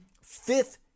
fifth